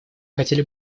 хотели